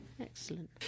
excellent